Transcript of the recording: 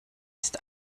ist